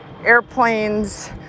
airplanes